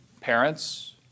parents